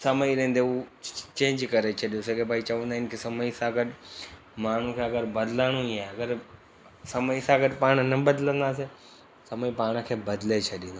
समय रहंदे हूअ चेंज करे छॾियो अगरि भई चवंदा इन की समय सां गॾु माण्हुनि खे अगरि बदलाइणी आहे अगरि समय सां गॾु पाण न बदलंदासीं समय पाण खे बदले छॾींदो